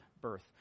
birth